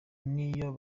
n’iyo